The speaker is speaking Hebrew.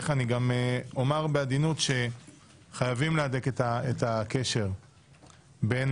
אני אומר בעדינות שחייבים להדק את הקשר בין